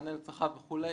כמענה לצרכיו וכולי,